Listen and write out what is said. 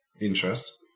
interest